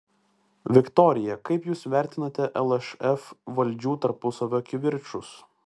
viktorija kaip jūs vertinate lšf valdžių tarpusavio kivirčus